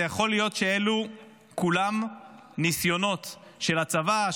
יכול להיות שאלו כולם ניסיונות של הצבא,